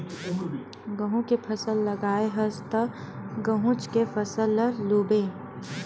गहूँ के फसल लगाए हस त गहूँच के फसल ल लूबे